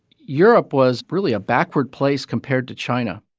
europe was, really, a backward place compared to china.